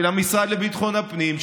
של המשרד לביטחון פנים,